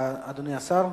אדוני השר,